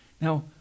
Now